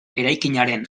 eraikinaren